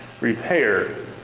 repair